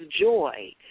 joy